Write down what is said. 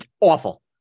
Awful